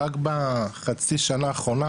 רק בחצי שנה האחרונה,